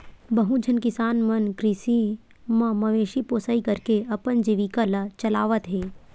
बहुत झन किसान मन कृषि म मवेशी पोसई करके अपन जीविका ल चलावत हे